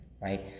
right